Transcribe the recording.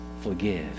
forgive